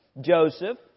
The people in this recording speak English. Joseph